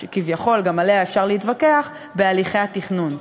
כביכול, גם עליה אפשר להתווכח, בהליכי התכנון.